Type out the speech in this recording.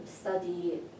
study